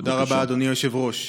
תודה רבה, אדוני היושב-ראש.